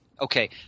Okay